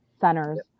centers